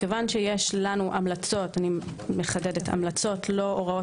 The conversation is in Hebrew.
כיוון שיש לנו ההמלצות המלצות ולא הוראות